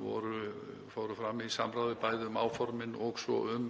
komu fram í samráði, bæði um áformin og svo um